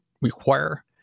require